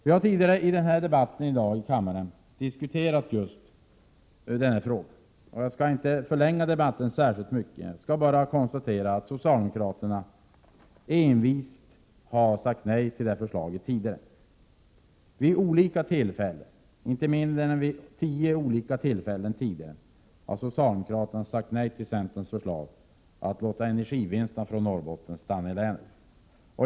Vi har tidigare i dag i debatten här i kammaren diskuterat just sådana frågor. Jag skall inte förlänga debatten särskilt mycket utan bara konstatera att socialdemokraterna tidigare envist har sagt nej till sådana här förslag. Vid inte mindre än tio olika tillfällen har socialdemokraterna tidigare sagt nej till centerns förslag att låta energivinsterna från Norrbotten stanna i länet.